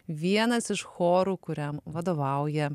vienas iš chorų kuriam vadovauja